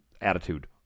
attitude